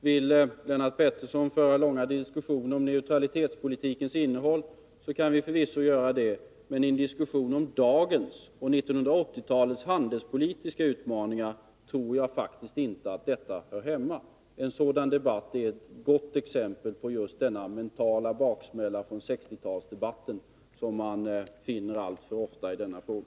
Vill Lennart Pettersson föra långa diskussioner om neutralitetspolitikens innehåll, kan vi förvisso göra det, men i en diskussion om dagens och 1980-talets handelspolitiska utmaningar tror jag faktiskt inte att detta hör hemma. En sådan debatt är ett gott exempel på just den mentala baksmälla från 1960-tals debatten som man alltför ofta finner i denna fråga.